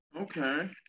okay